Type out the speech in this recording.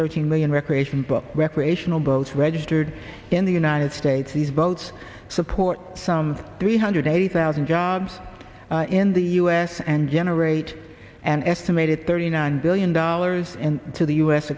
thirteen million recreation book recreational boats registered in the united states these boats support some three hundred eighty thousand jobs in the u s and generate an estimated thirty nine billion dollars and to the u